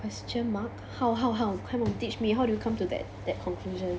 question mark how how how come and teach me how do you come to that that conclusion